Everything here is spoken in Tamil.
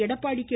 எடப்பாடி கே